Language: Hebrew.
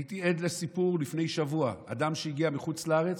הייתי עד לסיפור לפני שבוע: אדם שהגיע מחוץ לארץ,